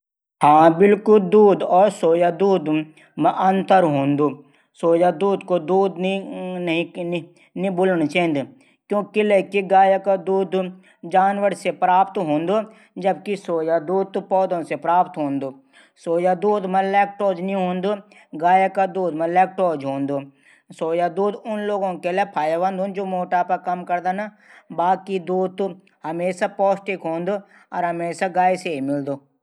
दूध और. सोयादूध मा अंतर हूंदू सोयादूध थै दूध नी बुलण चैंद किलै की गाय दूध जानवर से प्राप्त हूंदू जबकि सोयादूध पौधों से प्राप्त हूदू। सोयादूध मा लैक्टोज नी हूदूं। गाय दूध मा लैक्टोज हूदू ।सोयादूध उखूणै फैदाबंद हूंदू जू मोटापा कम करदन। बाकी दूध त हमेशा पौष्टिक हूदू।